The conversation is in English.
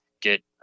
get